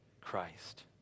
Christ